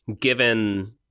given